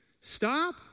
stop